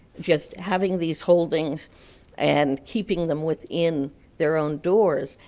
just having these holdings and keeping them within their own doors.